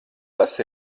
tas